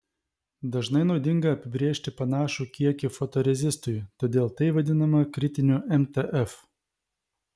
dažnai naudinga apibrėžti panašų kiekį fotorezistui todėl tai vadinama kritiniu mtf